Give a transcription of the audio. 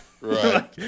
Right